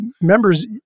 members